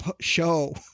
show